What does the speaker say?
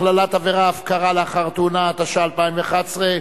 הכללת עבירת הפקרה לאחר תאונה), התשע"א 2011,